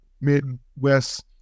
Midwest